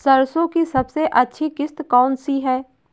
सरसो की सबसे अच्छी किश्त कौन सी है?